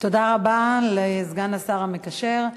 תודה רבה לסגן השר המקשר.